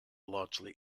largely